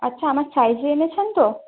আচ্ছা আমার সাইজে এনেছেন তো